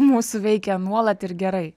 mūsų veikia nuolat ir gerai